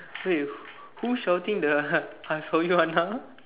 wait who shouting the I saw you Anna